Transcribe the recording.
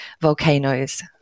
volcanoes